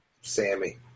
Sammy